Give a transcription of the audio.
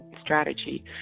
Strategy